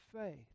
faith